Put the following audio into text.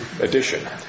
edition